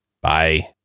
Bye